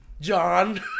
John